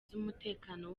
z’umutekano